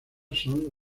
son